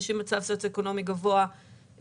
אנשים במצב סוציו-אקונומי גבוה,